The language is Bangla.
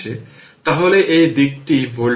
সুতরাং তাই এটি 15 ভোল্ট